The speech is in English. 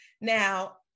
Now